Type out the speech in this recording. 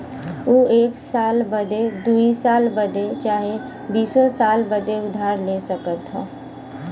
ऊ एक साल बदे, दुइ साल बदे चाहे बीसो साल बदे उधार ले सकत हौ